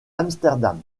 amsterdam